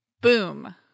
Boom